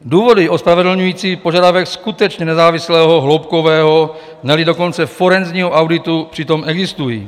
Důvody ospravedlňující požadavek skutečně nezávislého hloubkového, neli dokonce forenzního auditu přitom existují.